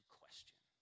question